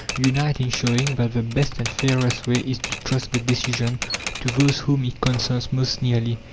unite in showing that the best and fairest way is to trust the decision to those whom it concerns most nearly.